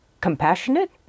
compassionate